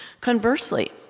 Conversely